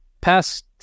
past